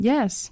Yes